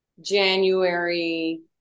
January